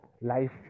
life